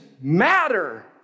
matter